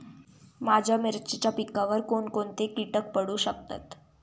माझ्या मिरचीच्या पिकावर कोण कोणते कीटक पडू शकतात?